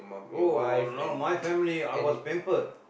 oh no my family I was pampered